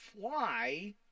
fly